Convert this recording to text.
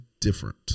different